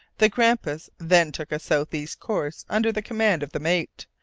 the grampus then took a south-east course under the command of the mate,